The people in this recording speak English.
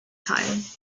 time